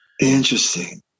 Interesting